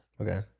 Okay